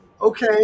okay